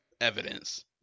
evidence